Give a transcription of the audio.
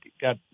got